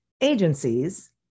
agencies